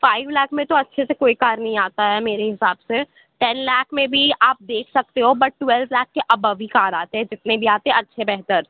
five lakh میں تو اچھے سے کوئی کار نہیں آتا ہے میرے حساب سے ٹین لاکھ میں بھی آپ دیکھ سکتے ہو بٹ ٹویلو لاکھ کے ابو ہی کار آتے ہیں جتنے بھی آتے ہیں اچھے بہتر